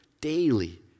daily